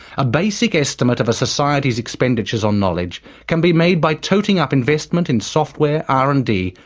a basic estimate of a society's expenditures on knowledge can be made by toting up investment in software, r and d,